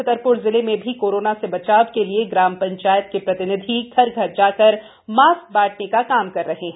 छतरपुर जिले में भी कोरोना से बचाव के लिए ग्राम पंचायत के प्रतिनिधि घर घर जाकर मास्क बांटने का काम कर रहे हैं